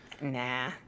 Nah